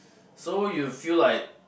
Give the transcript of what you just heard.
so you feel like